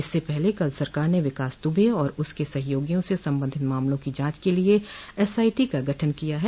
इससे पहले कल सरकार ने विकास दुबे और उसके सहयोगियों से संबंधित मामलों की जांच के लिये एसआईटी का गठन किया है